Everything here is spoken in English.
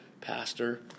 pastor